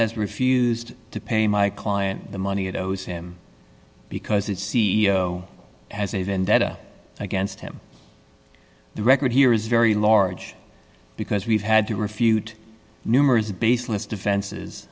has refused to pay my client the money it owes him because its c e o has a vendetta against him the record here is very large because we've had to refute numerous baseless defenses